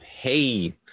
hey